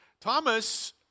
Thomas